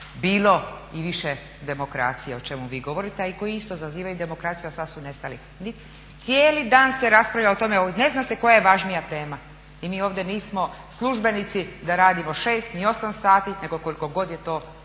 bilo i više demokracije o čemu vi govorite a i koji isto zazivaju demokraciju a sad su nestali. Cijeli dan se raspravlja o tome, ne zna se koja je važnija tema i mi ovdje nismo službenici da radimo šest, ni osam sati, nego koliko god je to